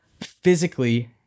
physically